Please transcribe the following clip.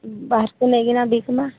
ବାହାରକୁ ନେଇ କିନା ବିକିବା